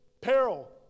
peril